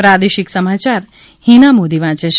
પ્રાદેશિક સમાચાર હિના મોદી વાંચે છે